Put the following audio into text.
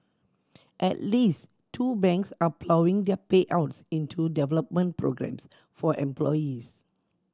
at least two banks are ploughing their payouts into development programmes for employees